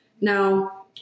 Now